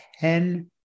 ten